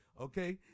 Okay